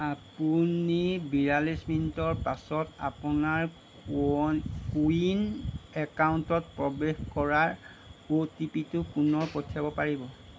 আপুনি বিয়াল্লিছ মিনিটৰ পাছত আপোনাৰ কোৱন কুইন একাউণ্টত প্ৰৱেশ কৰাৰ অ'টিপি টো পুনৰ পঠিয়াব পাৰিব